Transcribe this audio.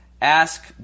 Ask